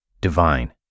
divine